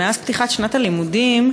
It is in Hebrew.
מאז פתיחת שנת הלימודים,